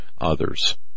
others